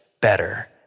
better